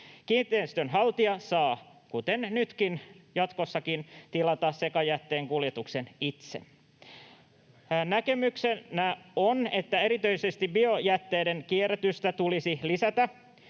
Kiinteistönhaltija saa, kuten nytkin, jatkossakin tilata sekajätteen kuljetuksen itse. Näkemykseni on, että erityisesti biojätteiden kierrätystä tulisi lisätä.